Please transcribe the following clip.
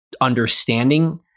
understanding